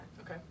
Okay